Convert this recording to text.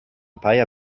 palla